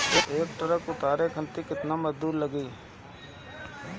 एक ट्रक तरबूजा उतारे खातीर कितना मजदुर लागी?